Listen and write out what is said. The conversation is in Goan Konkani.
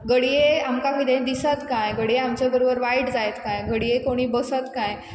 घडये आमकां किदें दिसत काय घडये आमचे बरोबर वायट जायत काय घडये कोणी बसत काय